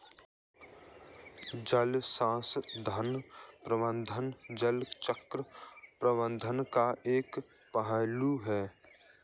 जल संसाधन प्रबंधन जल चक्र प्रबंधन का एक पहलू है